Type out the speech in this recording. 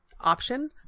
option